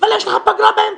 אבל יש לך פגרה באמצע.